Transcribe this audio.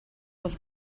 was